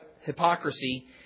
hypocrisy